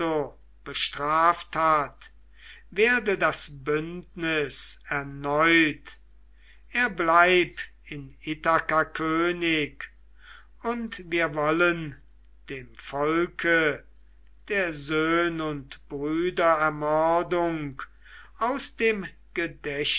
bestraft hat werde das bündnis erneut er bleib in ithaka könig und wir wollen dem volke der söhn und brüder ermordung aus dem